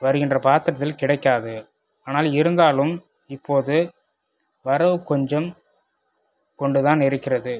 வருகின்ற பாத்திரத்தில் கிடைக்காது ஆனால் இருந்தாலும் இப்போது வரவு கொஞ்சம் கொண்டுதான் இருக்கிறது